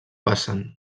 vessant